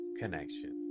connection